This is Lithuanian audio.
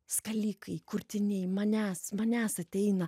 skalikai kurtiniai manęs manęs ateina